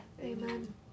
Amen